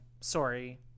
sorry